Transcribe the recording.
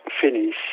finish